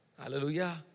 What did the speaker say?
Hallelujah